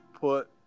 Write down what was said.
put